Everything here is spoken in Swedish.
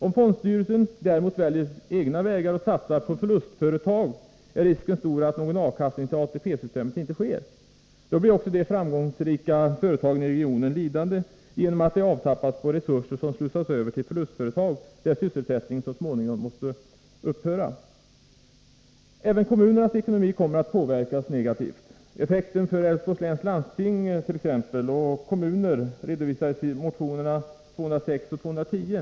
Om fondstyrelsen däremot väljer egna vägar och satsar på förlustföretag, är risken stor att någon avkastning till ATP-systemet inte sker. Då blir också de framgångsrika företagen i regionen lidande, genom att de avtappas på resurser, som slussas över till förlustföretag där sysselsättningen så småningom måste upphöra. Även kommunernas ekonomi kommer att påverkas negativt. Effekten för t.ex. Älvsborgs läns landsting och kommuner redovisas i motionerna 206 och 210.